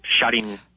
shutting